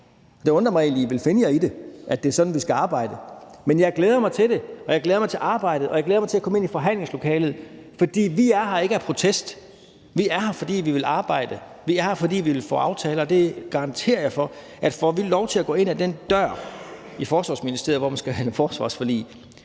Det undrer mig egentlig, at I vil finde jer i, at det er sådan, vi skal arbejde. Men jeg glæder mig til arbejdet, og jeg glæder mig til at komme ind i forhandlingslokalet, for vi er her ikke i protest. Vi er her, fordi vi vil arbejde; vi er her, fordi vi vil lave aftaler. Jeg garanterer for, at får vi lov til at gå ind ad den dør i Forsvarsministeriet, hvor man skal forhandle forsvarsforlig,